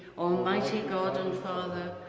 almighty god and father,